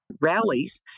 rallies